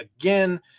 again